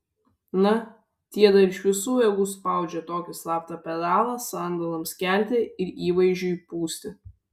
na tie dar iš visų jėgų spaudžia tokį slaptą pedalą sandalams kelti ir įvaizdžiui pūsti